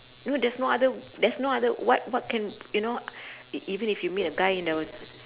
no there's no other there's no other what what can you know e~ even if you meet a guy in the